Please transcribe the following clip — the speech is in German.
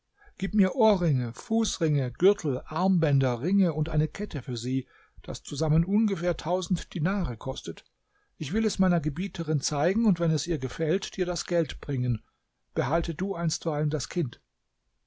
gib mir ohrringe fußringe gürtel armbänder ringe und eine kette für sie das zusammen ungefähr tausend dinare kostet ich will es meiner gebieterin zeigen und wenn es ihr gefällt dir das geld bringen behalte du einstweilen das kind